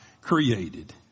created